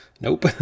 Nope